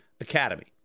Academy